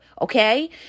Okay